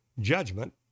judgment